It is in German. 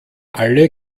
alle